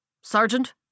Sergeant